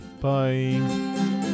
Bye